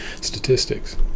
statistics